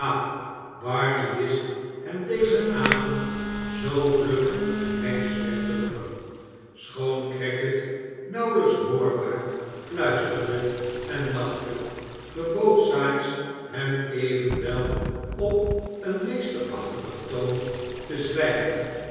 barney wist hem dezen avond zoo vlug en netjes weg te lokken schoon crackit nauwelijks hoorbaar fluisterde en lachte gebood sikes hem evenwel op een meesterachtigen toon te zwijgen